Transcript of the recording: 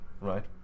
right